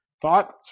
Thoughts